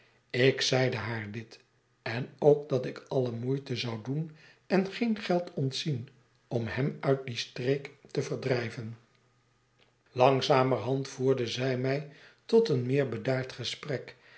ik zeide haar dit en ook dat ik alle moeite zou doen en geen geld ontzien om hem uit die streek te verdrijven langzamerhand voerde zij mij tot een meer bedaard gesprek